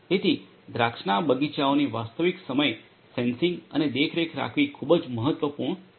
તેથી દ્રાક્ષના બગીચાઓની વાસ્તવિક સમય સેન્સિંગ અને દેખરેખ રાખવી ખૂબ જ મહત્વપૂર્ણ છે